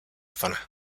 zona